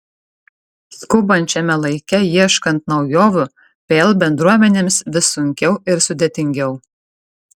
skubančiame laike ieškant naujovių pl bendruomenėms vis sunkiau ir sudėtingiau